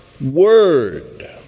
word